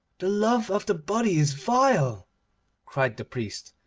the love of the body is vile cried the priest,